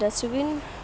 dust bin